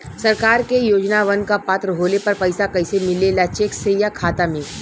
सरकार के योजनावन क पात्र होले पर पैसा कइसे मिले ला चेक से या खाता मे?